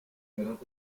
und